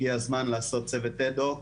הגיע הזמן לעשות צוות אד-הוק.